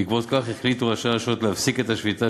בעקבות כך החליטו ראשי הרשויות להפסיק את השביתה